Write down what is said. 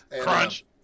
Crunch